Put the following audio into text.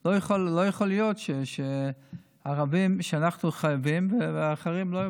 לא יכול להיות שאנחנו חייבים ואחרים לא.